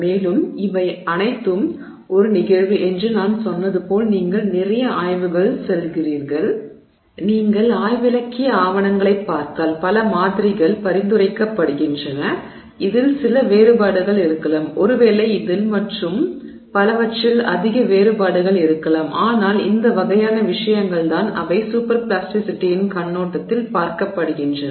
மேலும் இவை அனைத்தும் ஒரு நிகழ்வு என்று நான் சொன்னது போல் நீங்கள் நிறைய ஆய்வுகள் செல்கிறீர்கள் நீங்கள் ஆய்விலக்கிய ஆவணங்களைப் பார்த்தால் பல மாதிரிகள் பரிந்துரைக்கப்படுகின்றன இதில் சில வேறுபாடுகள் இருக்கலாம் ஒருவேளை இதில் மற்றும் பலவற்றில் அதிக வேறுபாடுகள் இருக்கலாம் ஆனால் இந்த வகையான விஷயங்கள் தான் அவை சூப்பர் பிளாஸ்டிசிட்டியின் கண்ணோட்டத்தில் பார்க்கப்படுகின்றன